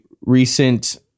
recent